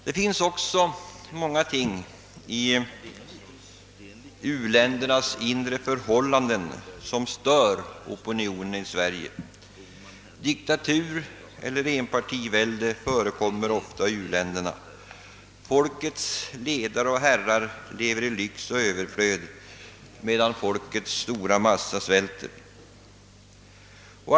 Det finns i u-ländernas inre förhållanden mycket som stör opinionen i Sverige. Diktatur eller enpartivälde förekommer ofta i u-länderna. Folkets ledare och herrar lever i lyx och överflöd, medan den stora massan av människor svälter.